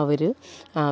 അവർ